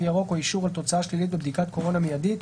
ירוק" או אישור על תוצאה שלילית בבדיקת קורונה מיידית,